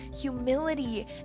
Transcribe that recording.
humility